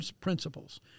principles